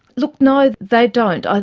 look no they don't.